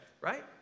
right